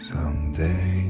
Someday